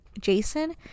Jason